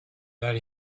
that